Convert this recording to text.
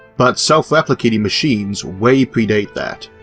but self-replicating machines way predate that,